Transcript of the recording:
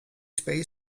space